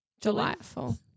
Delightful